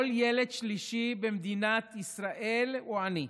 כל ילד שלישי במדינת ישראל הוא עני.